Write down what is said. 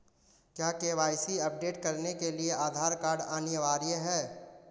क्या KYC update करने के लिए आधार कार्ड अनिवार्य है?